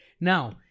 Now